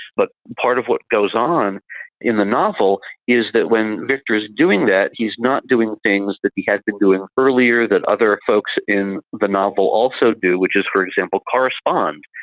but part of what goes on in the novel is that when victor is doing that he's not doing things that he had been doing earlier that other folks in the novel also do, which is, for example, correspond,